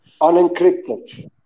Unencrypted